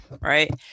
right